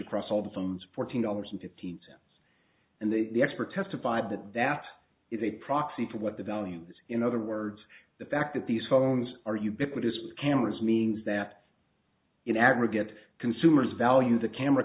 across all the phones fourteen dollars and fifteen cents and then the expert testified that data is a proxy for what the value is in other words the fact that these phones are ubiquitous cameras means that in aggregate consumers value the camera